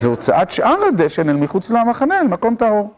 והוצאת שאר הדשן, אל מחוץ למחנה, אל מקום טהור.